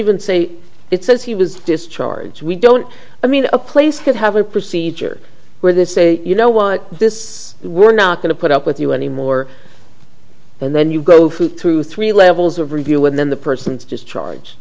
even say it says he was discharged so we don't i mean a place could have a procedure where they say you know what this we're not going to put up with you anymore and then you go through three levels of review and then the person's just charge